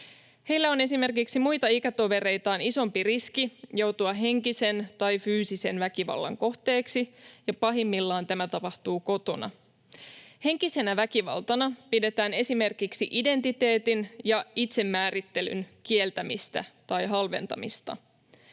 Heillä on esimerkiksi muita ikätovereitaan isompi riski joutua henkisen tai fyysisen väkivallan kohteeksi, ja pahimmillaan tämä tapahtuu kotona. Henkisenä väkivaltana pidetään esimerkiksi identiteetin ja itsemäärittelyn kieltämistä tai halventamista.